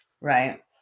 right